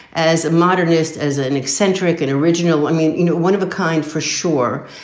as modernist as an eccentric and original. i mean, you know one of a kind for sure.